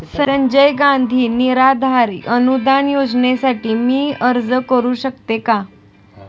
संजय गांधी निराधार अनुदान योजनेसाठी मी अर्ज करू शकते का?